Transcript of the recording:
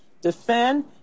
defend